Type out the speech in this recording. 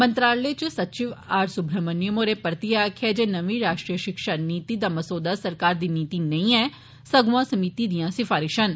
मंत्रालय च सचिव आर सुब्रहमण्यम होरें परतियै आक्खेआ ऐ जे नमीं राष्ट्रीय शिक्षा नीति दा मसौदा सरकार दी नीति नेंई ऐ सगुआं समिति दी सिफारिशां न